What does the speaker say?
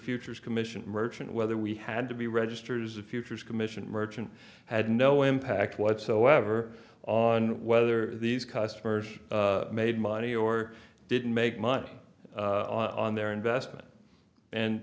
futures commission merchant whether we had to be registers a futures commission merchant had no impact whatsoever on whether these customers made money or didn't make money on their investment and